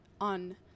on